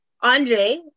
Andre